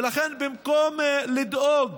ובמקום לדאוג